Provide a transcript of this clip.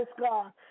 God